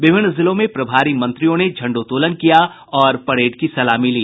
विभिन्न जिलों में प्रभारी मंत्रियों ने झंडोत्तोलन किया और परेड की सलामी ली